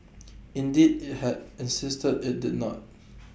indeed IT had insisted IT did not